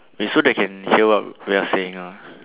wait so they can hear what we are saying ah